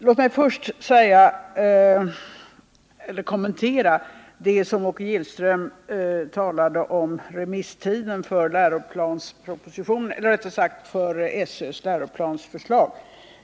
Låt mig först kommentera det som Åke Gillström sade om remisstiden för SÖ:s läroplansförslag.